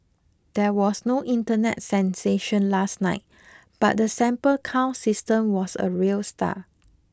there was no internet sensation last night but the sample count system was a real star